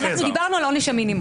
דיברנו על עונש המינימום,